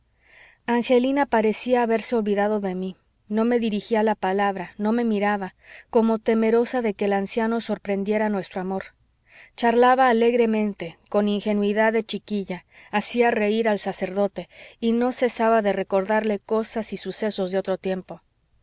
angelina parecía haberse olvidado de mí no me dirigía la palabra no me miraba como temerosa de que el anciano sorprendiera nuestro amor charlaba alegremente con ingenuidad de chiquilla hacía reir al sacerdote y no cesaba de recordarle cosas y sucesos de otro tiempo